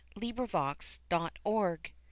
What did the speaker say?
LibriVox.org